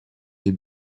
les